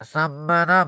സമ്മതം